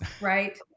right